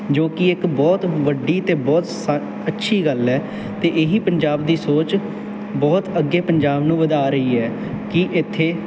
ਜੋ ਕਿ ਇੱਕ ਬਹੁਤ ਵੱਡੀ ਅਤੇ ਬਹੁਤ ਸਾ ਅੱਛੀ ਗੱਲ ਹੈ ਅਤੇ ਇਹ ਹੀ ਪੰਜਾਬ ਦੀ ਸੋਚ ਬਹੁਤ ਅੱਗੇ ਪੰਜਾਬ ਨੂੰ ਵਧਾ ਰਹੀ ਹੈ ਕਿ ਇੱਥੇ